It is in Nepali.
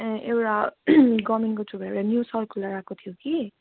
ए एउटा गर्मेन्टको थ्रूबाट एउटा न्यू सर्कुलर आएको थियो कि